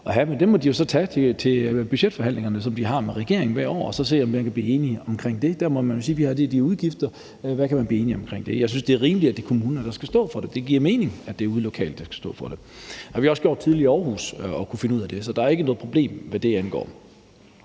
dem må de så tage til budgetforhandlingerne, som de har med regeringen hvert år, og så må de se, om de kan blive enige om det. Der er de og de udgifter, og så må vi se, hvad man så kan blive enige om i forbindelse med det. Jeg synes, det er rimeligt, at det er kommunerne, der skal stå for det, for det giver mening, at det er dem ude lokalt, der skal stå for det. Det har vi også gjort tidligere i Aarhus, og vi kunne finde ud af det, så der er ikke noget problem, hvad det angår.